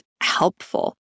helpful